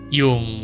yung